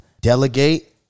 delegate